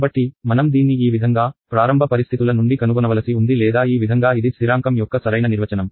కాబట్టి మనం దీన్ని ఈ విధంగా ప్రారంభ పరిస్థితుల నుండి కనుగొనవలసి ఉంది లేదా ఈ విధంగా ఇది స్ధిరాంకం యొక్క సరైన నిర్వచనం